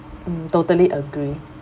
mm totally agree